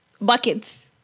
Buckets